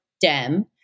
Dem